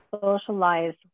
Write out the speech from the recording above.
socialize